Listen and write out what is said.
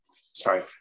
Sorry